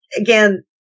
Again